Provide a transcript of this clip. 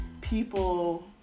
people